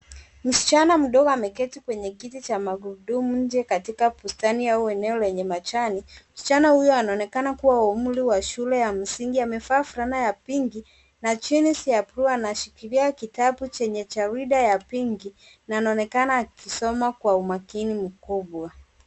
Msichana mdogo ameketi kwenye kiti cha magurudumu nje katika bustani au eneo lenye majani. Msichana huyo anaonekana kuwa wa umri wa shule ya msingi. Amevaa fulana ya pinki na jinsi ya buluu. Anashikilia kitabu chenye jarida ya pinki na anaonekana akisoma kwa umakini mkubwa.